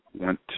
went